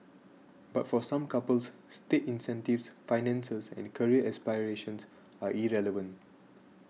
but for some couples state incentives finances and career aspirations are irrelevant